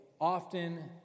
often